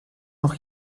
noch